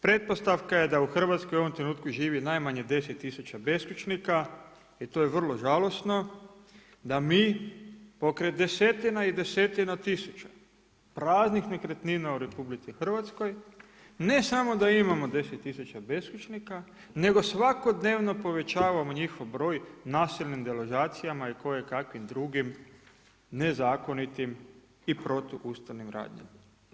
Pretpostavka je da u Hrvatskoj u ovom trenutku živi najmanje 10.000 beskućnika i to je vrlo žalosno, da mi pokraj desetina i desetina tisuća praznih nekretnina u Republici Hrvatskoj, ne samo da imamo 10.000 beskućnika nego svakodnevno povećavamo njihov broj nasilnim deložacijama i kojekakvim drugim nezakonitim i protu ustavnim radnjama.